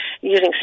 using